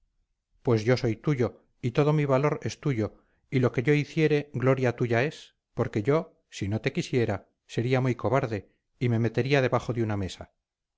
pues yo soy tuyo y todo mi valor es tuyo y lo que yo hiciere gloria tuya es porque yo si no te quisiera sería muy cobarde y me metería debajo de una mesa